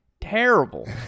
Terrible